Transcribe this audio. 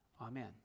amen